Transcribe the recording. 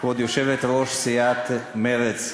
כבוד יושבת-ראש סיעת מרצ,